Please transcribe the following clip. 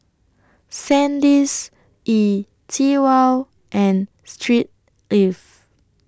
Sandisk E TWOW and Street Ives